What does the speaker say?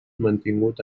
mantingut